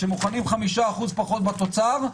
שמוכנים ל-5% פחות בתוצר,